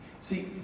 See